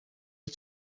are